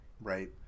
right